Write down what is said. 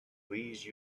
please